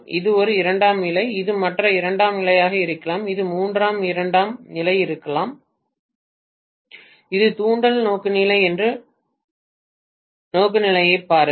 இது ஒரு இரண்டாம் நிலை இது மற்ற இரண்டாம் நிலை இருக்கலாம் இது மூன்றாவது இரண்டாம் நிலை இருக்கலாம் இது தூண்டல் நோக்குநிலை என்று நோக்குநிலையைப் பாருங்கள்